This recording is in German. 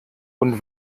und